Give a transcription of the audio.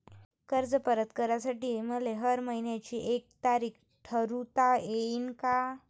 कर्ज परत करासाठी मले हर मइन्याची एक तारीख ठरुता येईन का?